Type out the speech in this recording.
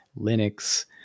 Linux